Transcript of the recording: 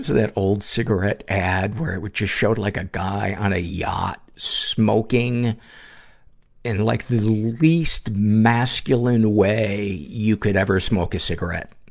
that old cigarette ad, where it would just showed, like, a guy on a yacht, smoking in, like, the least masculine way you could smoke a cigarette.